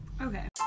okay